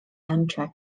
amtrak